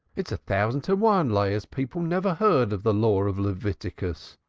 it's a thousand to one leah's people never heard of the law of leviticus.